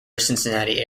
cincinnati